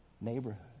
neighborhood